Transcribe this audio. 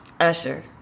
Usher